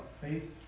faith